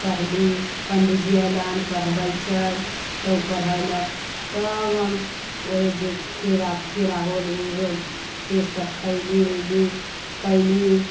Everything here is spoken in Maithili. पढ़ली पंडी जी अयलनि पढ़बैत छै तऽ ओ पढ़ेलक तब हम ओहे जे खीरा केरा होल ओ होल से सब खयली ओली कयली